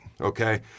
okay